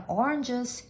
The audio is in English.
oranges